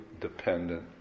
dependent